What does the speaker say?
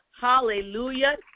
Hallelujah